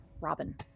Robin